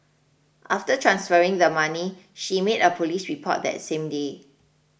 after transferring the money she made a police report that same day